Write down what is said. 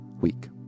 week